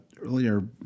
earlier